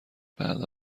بعد